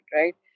right